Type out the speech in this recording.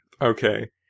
Okay